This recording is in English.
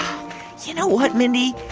you know what, mindy?